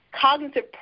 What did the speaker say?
cognitive